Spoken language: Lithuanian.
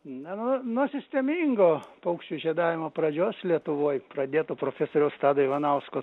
nu nu sistemingo paukščių žiedavimo pradžios lietuvoj pradėto profesoriaus tado ivanausko